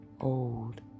old